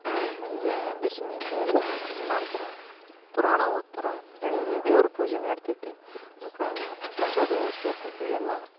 ವಿಜಯ ದಶಮಿಯಿಂದ ಎಲ್ಲ ಇದು ಮಾಡ್ತಾರ ಪುರಾಣ ಓದ್ತಾರ ಹೆಣ್ಣು ದೇವರ ಪೂಜೆ ನಡಿತೈತಿ ಪ್ರಸಾದ ವ್ಯವಸ್ಥೆ ಇರ್ತೈತಿ ಎಲ್ಲ